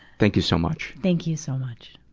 thank you so much. thank you so much.